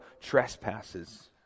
trespasses